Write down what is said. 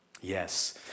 Yes